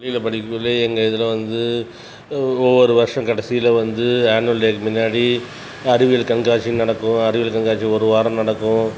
பள்ளியில் படிக்க குள்ளேயே எங்கள் இதில் வந்து ஒவ்வொரு வருஷம் கடைசியில் வந்து அனுவல் டேக்கு முன்னாடி அறிவியல் கண்காட்சி நடக்கும் அறிவியல் கண்காட்சி ஒரு வாரம் நடக்கும்